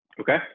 okay